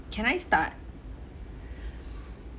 can I start